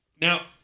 Now